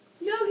No